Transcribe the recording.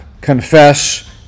confess